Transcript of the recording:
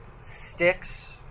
Sticks